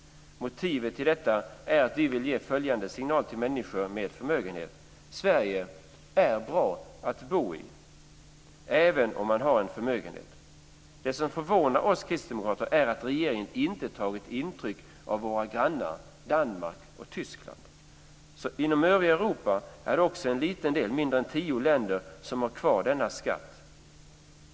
Motivet till detta är att vi vill ge följande signal till människor med förmögenhet. Sverige är bra att bo i även om man har en förmögenhet. Det som förvånar oss kristdemokrater är att regeringen inte tagit intryck av våra grannar Danmark och Tyskland. Inom övriga Europa är det också en liten del, mindre än tio länder, som har kvar denna skatt.